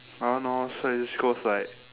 I don't know so it just goes like